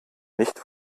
nicht